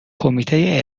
کمیته